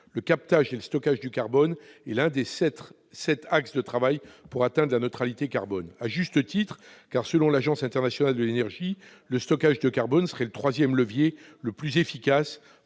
Le captage et le stockage du carbone sont l'un des sept axes de travail pour atteindre la neutralité carbone. À juste titre, car, selon l'Agence internationale de l'énergie, le stockage de carbone serait le troisième levier le plus efficace